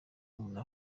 umuntu